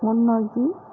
முன்னோக்கி